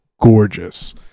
gorgeous